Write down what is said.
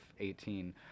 18